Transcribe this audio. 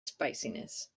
spiciness